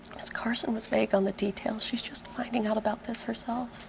ms. carson was vague on the details. she's just finding out about this herself.